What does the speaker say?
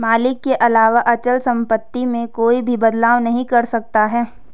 मालिक के अलावा अचल सम्पत्ति में कोई भी बदलाव नहीं कर सकता है